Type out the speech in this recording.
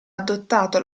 adottato